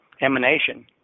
emanation